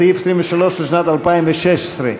סעיף 23, לשנת 2016,